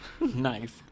Nice